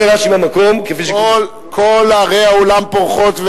כל ערי העולם פורחות,